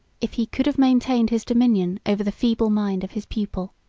if he could have maintained his dominion over the feeble mind of his pupil.